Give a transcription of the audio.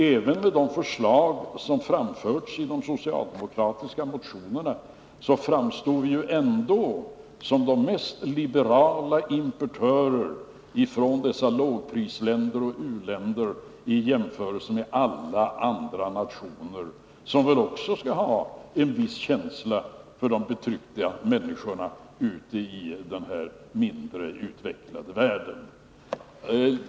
Även med de förslag som framförts i de socialdemokratiska motionerna framstår vi som de mest liberala importörerna ifrån dessa lågprisländer och u-länder i jämförelse med alla andra nationer, som väl också skall ha en viss känsla för de betryckta människorna ute i den mindre utvecklade världen.